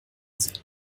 sehen